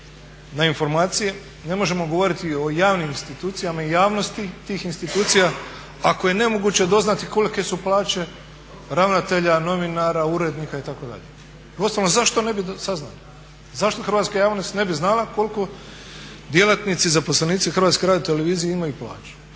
na informacije, ne možemo govoriti o javnim institucijama i javnosti tih institucija ako je nemoguće doznati kolike su plaće ravnatelja, novinara, urednika itd.. Uostalom zašto ne bi saznali? Zašto hrvatska javnost ne bi znala koliko djelatnici, zaposlenici Hrvatske radiotelevizije imaju plaću.